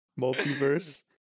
Multiverse